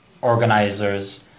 organizers